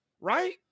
right